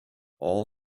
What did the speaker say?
all